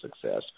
success